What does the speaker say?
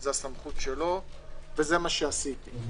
זו סמכותו וזה מה שעשיתי.